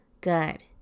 good